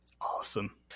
Awesome